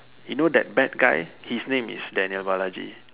you know that bad guy his name is Daniel-Balaji